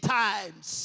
times